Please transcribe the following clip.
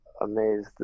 amazed